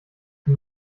die